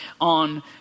on